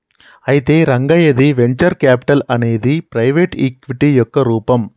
అయితే Rangaiah the venture capital అనేది private equity యొక్క రూపం